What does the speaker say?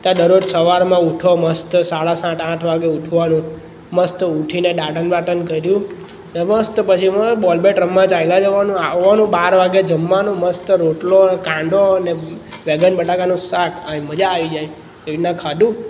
ત્યાં દરરોજ સવારમાં ઉઠો મસ્ત સરસ સાડા સાત આઠ વાગે ઊઠવાનું મસ્ત ઊઠીને દાતણ બાતણ કર્યું ને મસ્ત પછી બોલ બેટ રમવા ચાલ્યા જવાનું આવવાનું બાર વાગે જમવાનું મસ્ત રોટલો ને કાંદો ને બેંગન બટાકાનું શાક અને મજા આવી જાય એવી રીતના ખાધું